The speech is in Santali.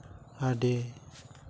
ᱟᱹᱰᱤ